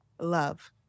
love